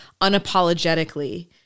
unapologetically